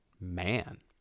man